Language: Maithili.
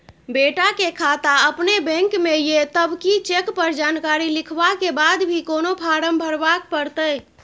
बेटा के खाता अपने बैंक में ये तब की चेक पर जानकारी लिखवा के बाद भी कोनो फारम भरबाक परतै?